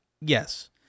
yes